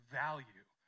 value